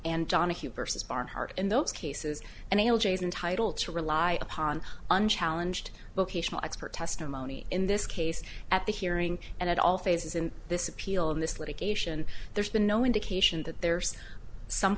and donahue vs barnhart in those cases and l j is entitle to rely upon unchallenged vocational expert testimony in this case at the hearing and at all phases in this appeal in this litigation there's been no indication that there's some